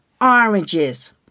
oranges